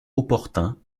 opportun